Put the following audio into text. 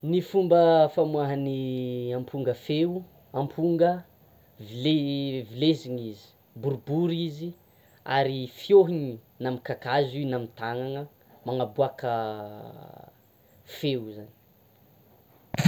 Ny fomba famoahan'ny amponga feo, aponga vileziny izy boribory izy ary fiôhiny na amin'ny kakazo io na amin'ny tanana manaboaka feo zany.